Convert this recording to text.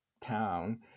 town